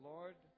Lord